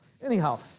Anyhow